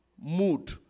mood